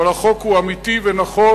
אבל החוק הוא אמיתי ונכון.